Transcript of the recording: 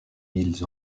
milles